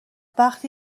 وقتی